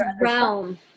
realm